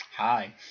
hi